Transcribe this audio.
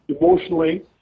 emotionally